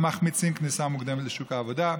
המחמיצים כניסה מוקדמת לשוק העבודה?"